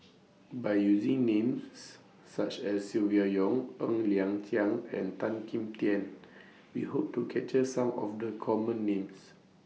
By using Names such as Silvia Yong Ng Liang Chiang and Tan Kim Tian We Hope to capture Some of The Common Names